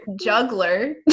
Juggler